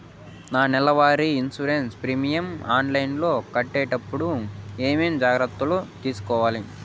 నా నెల వారి ఇన్సూరెన్సు ప్రీమియం ఆన్లైన్లో కట్టేటప్పుడు ఏమేమి జాగ్రత్త లు తీసుకోవాలి?